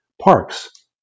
parks